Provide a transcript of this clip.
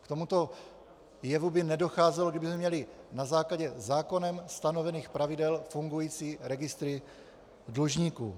K tomuto jevu by nedocházelo, kdybychom měli na základě zákonem stanovených pravidel fungující registry dlužníků.